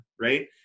right